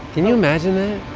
can you imagine that?